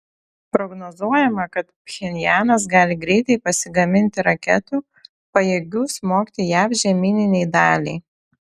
prognozuojama kad pchenjanas gali greitai pasigaminti raketų pajėgių smogti jav žemyninei daliai